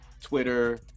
Twitter